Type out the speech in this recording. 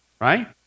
right